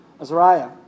Azariah